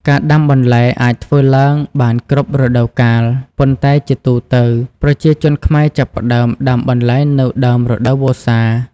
ការដាំបន្លែអាចធ្វើឡើងបានគ្រប់រដូវកាល ប៉ុន្តែជាទូទៅ ប្រជាជនខ្មែរចាប់ផ្ដើមដាំបន្លែនៅ ដើមរដូវវស្សា។